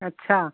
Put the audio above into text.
अच्छा